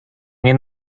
nie